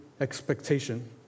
expectation